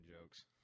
jokes